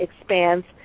expands